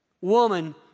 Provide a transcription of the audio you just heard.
woman